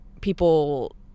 people